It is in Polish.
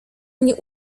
mnie